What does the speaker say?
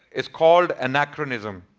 it's called anachronism.